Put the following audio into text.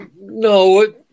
No